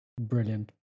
Brilliant